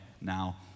now